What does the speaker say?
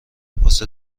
واسه